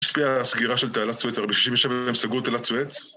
השפיעה הסגירה של תעלת סואץ, הרי בשישים ושבע הם סגרו את תעלת סואץ?